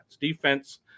defense